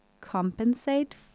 compensate